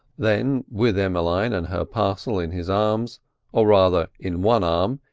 then, with emmeline and her parcel in his arms or rather in one arm,